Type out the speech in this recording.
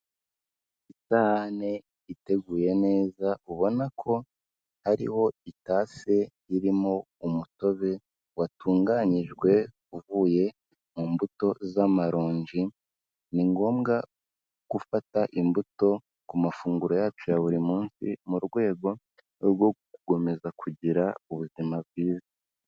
Isahane iteguye neza, ubona ko hariho itase irimo umutobe watunganyijwe uvuye mu mbuto z'amaronji, ni ngombwa gufata imbuto ku mafunguro yacu ya buri munsi mu rwego rwo gukomeza kugira ubuzima bwiza.